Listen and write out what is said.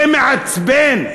זה מעצבן.